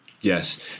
Yes